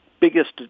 biggest